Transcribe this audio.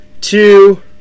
two